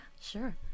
sure